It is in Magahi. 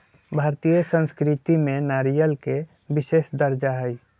भारतीय संस्कृति में नारियल के विशेष दर्जा हई